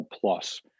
plus